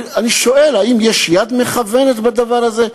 אני שואל, האם יש יד מכוונת בדבר הזה?